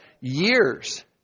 years